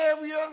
area